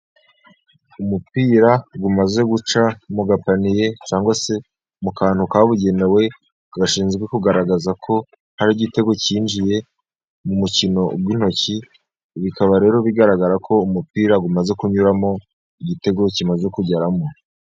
Umupira umaze guca mu gapaniye cyangwa se mu kantu kabugenewe, gashinzwe kugaragaza ko hari igitego cyinjiye mu mukino w'intoki, bikaba rero bigaragara ko umupira umaze kunyuramo igitego, kimaze kugeramo.